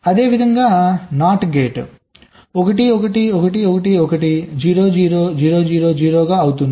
అదేవిధంగా not gate 1 1 1 1 1 0 0 0 0 0 గా అవుతుంది